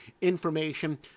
information